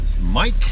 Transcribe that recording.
Mike